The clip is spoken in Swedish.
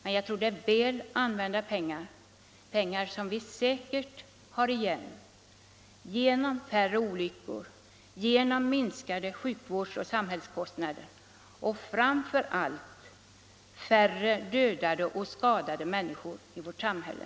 Men jag tror att det är väl använda pengar, som vi säkert får igen genom färre olyckor, minskade sjukvårdsoch samhällskostnader och — framför allt — färre dödade och skadade människor i vårt samhälle.